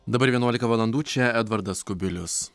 dabar vienuolika valandų čia edvardas kubilius